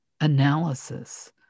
analysis